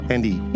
Andy